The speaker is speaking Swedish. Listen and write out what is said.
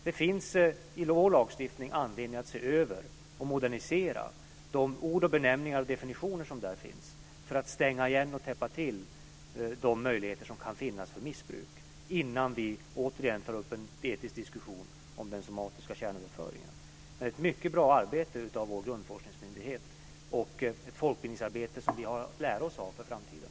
Det finns anledning att se över och modernisera de ord, benämningar och definitioner som finns i vår lagstiftning för att stänga igen och täppa till de möjligheter som kan finnas till missbruk innan vi återigen tar upp en etisk diskussion om den somatiska kärnöverföringen. Vår grundforskningsmyndighet har gjort ett mycket bra arbete. Det är ett folkbildningsarbete som vi kan lära oss av inför framtiden.